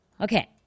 Okay